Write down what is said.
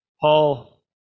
Paul